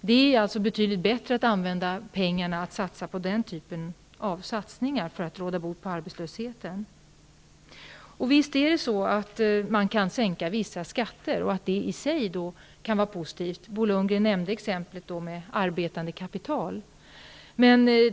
Det är alltså betydligt bättre att använda pengarna till den typen av satsningar för att råda bot på arbetslösheten. Visst kan man sänka vissa skatter, vilket i sig kan vara positivt. Bo Lundgren nämnde exemplet med arbetande kapital.